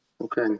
okay